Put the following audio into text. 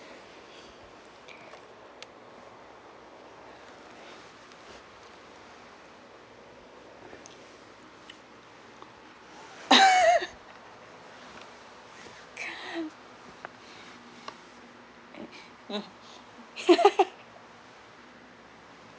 mm